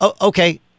Okay